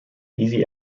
easy